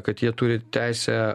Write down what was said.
kad jie turi teisę